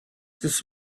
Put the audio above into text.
this